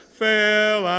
fail